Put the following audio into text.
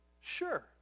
sure